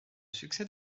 succès